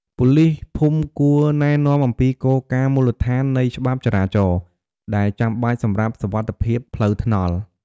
ប៉ូលីសភូមិគួរ ណែនាំអំពីគោលការណ៍មូលដ្ឋាននៃច្បាប់ចរាចរណ៍ ដែលចាំបាច់សម្រាប់សុវត្ថិភាពផ្លូវថ្នល់។